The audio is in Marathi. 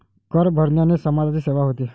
कर भरण्याने समाजाची सेवा होते